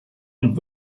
und